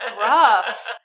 rough